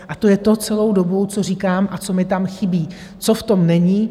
A to je to celou dobu, co říkám a co mi tam chybí, co v tom není.